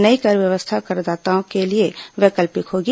नई कर व्यवस्था करदाताओं के लिए वैकल्पिक होगी